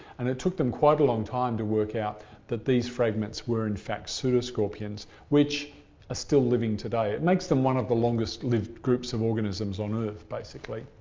and it took them quite a long time to work out that these fragments were in fact pseudoscorpions which are still living today. it makes them one of the longest lived groups of organisms on earth basically.